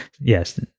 yes